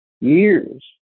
years